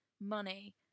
money